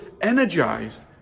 energized